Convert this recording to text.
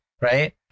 Right